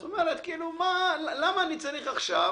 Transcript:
זאת אומרת, כאילו למה אני צריך עכשיו?